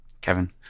Kevin